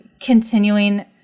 continuing